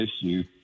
issue